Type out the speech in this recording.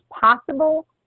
possible